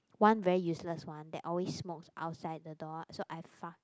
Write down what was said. one very useless one that always smokes outside the door so I fuck